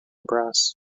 brass